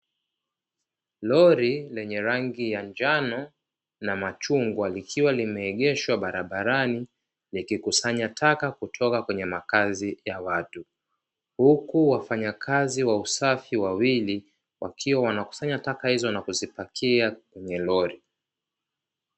Lori la njano na machungwa likiwa barabarani, likikusanya taka kwenye makazi ya watu. Na huku wafanyakazi wa usafi wa wili, wakiwa wanakusanya taka na kuzipakia kwenye lori.